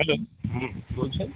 hello হুম বলছেন